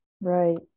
Right